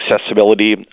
Accessibility